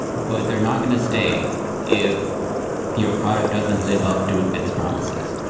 but they're not going to stay if your product doesn't live up to its promises.